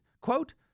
Quote